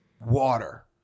water